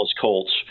Colts